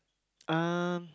uh